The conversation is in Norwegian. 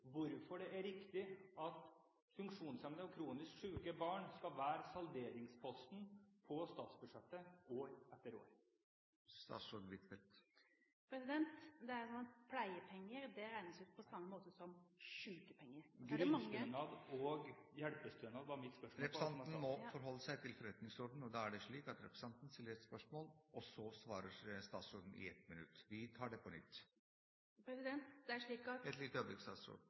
hvorfor det er riktig at funksjonshemmede og kronisk syke barn skal være salderingsposten på statsbudsjettet år etter år? Pleiepenger regnes ut på samme måte som sykepenger. Grunnstønad og hjelpestønad var mitt spørsmål. Representanten må forholde seg til forretningsordenen, og da er det slik at representanten stiller et spørsmål, og så svarer statsråden i 1 minutt. Vi tar det på nytt. Pleiepenger er